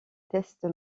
test